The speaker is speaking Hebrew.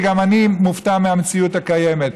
כי גם אני מופתע מהמציאות הקיימת.